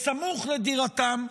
בסמוך לדירתם,